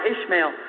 Ishmael